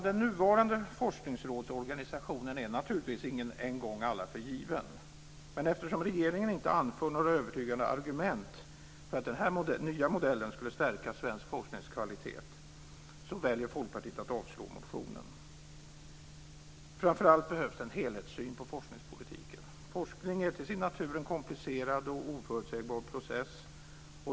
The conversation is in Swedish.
Den nuvarande forskningsrådsorganisationen är naturligtvis inte en gång för alla given, men eftersom regeringen inte anför några övertygande argument för att den nya modellen skulle stärka svensk forskningskvalitet väljer Folkpartiet att avstyrka motionen. Framför allt behövs en helhetssyn på forskningspolitiken. Forskning är till sin natur en komplicerad och oförutsägbar process.